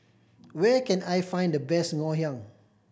where can I find the best Ngoh Hiang